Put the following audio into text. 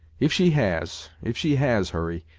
if she has if she has, hurry,